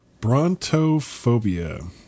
Brontophobia